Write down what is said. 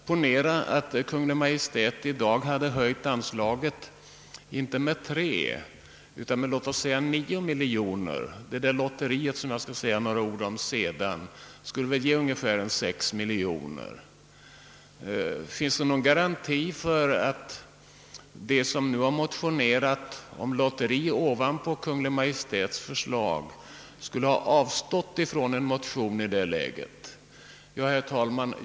Ponera att Kungl. Maj:t i dag höjt anslaget inte med 3 utan låt oss säga 9 miljoner kronor — det lotteri man begär skulle väl ge ungefär 6 miljoner kronor. Finns det någon garanti för att de som nu motionerar om lotteri som inkomstkälla ovanpå det anslag Kungl. Maj:t föreslagit i det läget skulle avstå från att motionera? Herr talman!